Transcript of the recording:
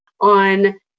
on